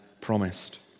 promised